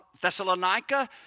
Thessalonica